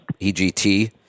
EGT